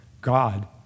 God